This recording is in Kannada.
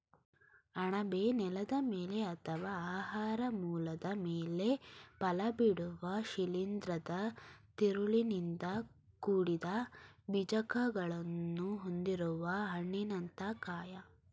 ಅಣಬೆ ನೆಲದ ಮೇಲೆ ಅಥವಾ ಆಹಾರ ಮೂಲದ ಮೇಲೆ ಫಲಬಿಡುವ ಶಿಲೀಂಧ್ರದ ತಿರುಳಿನಿಂದ ಕೂಡಿದ ಬೀಜಕಗಳನ್ನು ಹೊರುವ ಹಣ್ಣಿನಂಥ ಕಾಯ